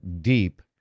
deep